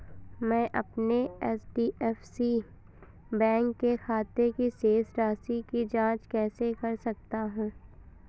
मैं अपने HDFC bank के खाते की शेष राशि की जाँच कैसे कर सकता हूँ?